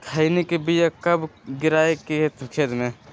खैनी के बिया कब गिराइये खेत मे?